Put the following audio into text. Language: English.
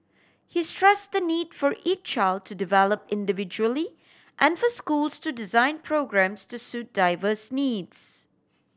he stress the need for each child to develop individually and for schools to design programmes to suit diverse needs